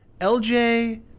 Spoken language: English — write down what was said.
LJ